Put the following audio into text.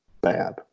bad